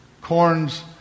corns